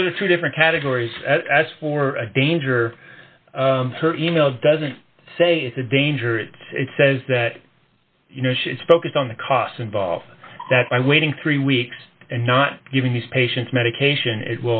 there's two different categories as for a danger her e mail doesn't say it's a danger it says that you know she's focused on the costs involved that by waiting three weeks and not giving these patients medication it